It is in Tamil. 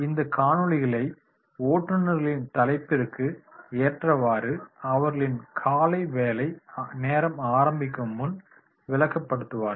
இந்தக் காணொளிகளை ஓட்டுநர்களின் தலைப்பிற்கு ஏற்றவாறு அவர்களின் காலை வேலை நேரம் ஆரம்பிக்கும் முன் விளக்கப்படுத்துவார்கள்